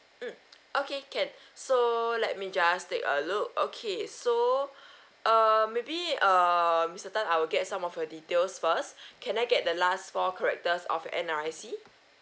mm okay can so let me just take a look okay so err maybe um mister tan I will get some of your details first can I get the last four characters of your N_R_I_C